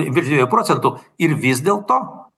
viršijo procentų ir vis dėlto